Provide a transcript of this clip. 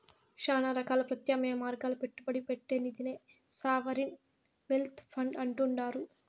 శానా రకాల ప్రత్యామ్నాయ మార్గాల్ల పెట్టుబడి పెట్టే నిదినే సావరిన్ వెల్త్ ఫండ్ అంటుండారు